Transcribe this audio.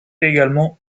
également